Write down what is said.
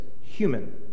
human